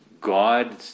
God